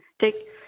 take